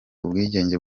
ubwigenge